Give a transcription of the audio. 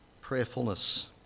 prayerfulness